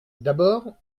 d’abord